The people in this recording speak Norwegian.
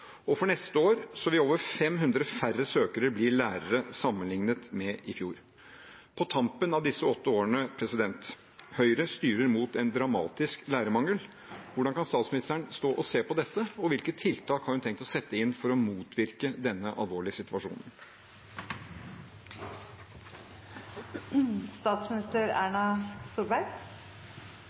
og for neste år vil over 500 færre søkere bli lærere sammenlignet med i fjor. På tampen av disse åtte årene styrer Høyre mot en dramatisk lærermangel. Hvordan kan statsministeren stå og se på dette, og hvilke tiltak har hun tenkt å sette inn for å motvirke denne alvorlige situasjonen?